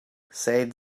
said